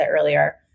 earlier